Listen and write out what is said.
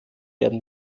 werden